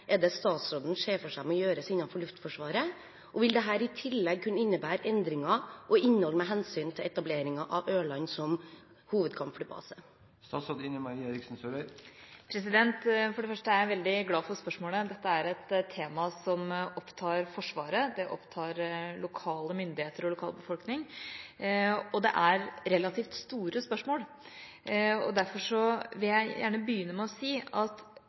er det statsråden ser for seg må gjøres innenfor Luftforsvaret, og vil dette i tillegg kunne innebære endringer og innhold med hensyn til etableringen av Ørland som hovedkampflybase?» For det første er jeg veldig glad for spørsmålet. Dette er et tema som opptar Forsvaret, lokale myndigheter og lokalbefolkning, og det er et relativt stort spørsmål. Derfor vil jeg gjerne begynne med å si at